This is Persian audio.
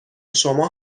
شما